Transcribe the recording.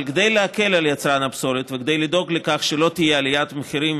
אבל כדי להקל על יצרן הפסולת וכדי לדאוג לכך שלא תהייה עליית מחירים,